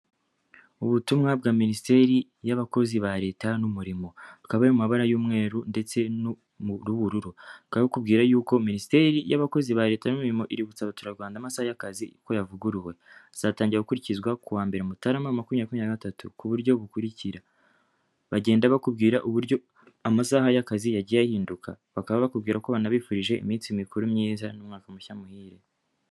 Utumwa bwa minisiteri y'abakozi ba leta n'umurimo. Akaba mu mabara y'umweru ndetse n'ubururu akakubwira yuko minisiteri y'abakozi ba leta n'imirimo iributsa abaturarwanda amasaha y'akazi ko yavuguruwe azatangira gukurikizwa kuwa 1 mutarama ku buryo bukurikira bagenda bakubwira uburyo amasaha y'akazi yagiye ahinduka bakaba bakubwira ko banabifurije iminsi mikuru myiza n'umwaka mushya muhire.